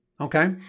okay